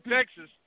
Texas